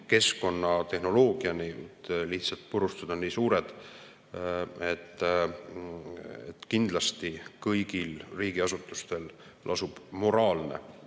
keskkonnatehnoloogiani. Lihtsalt purustused on nii suured. Kindlasti kõigil riigiasutustel lasub moraalne